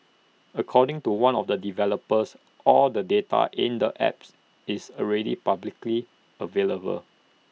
according to one of the developers all the data in the apps is already publicly available